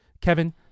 kevin